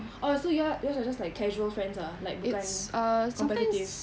oh so your yours are just casual friends ah like bukan competitive